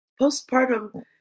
Postpartum